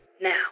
Now